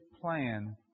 plan